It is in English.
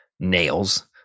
nails